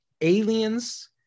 aliens